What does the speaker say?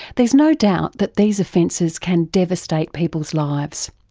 there's no doubt that these offenses can devastate people's lives,